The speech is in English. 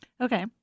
Okay